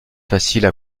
faciles